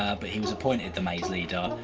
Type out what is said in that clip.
but he was appointed the maze leader.